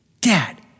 Dad